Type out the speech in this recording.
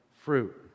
fruit